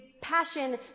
passion